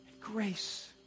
grace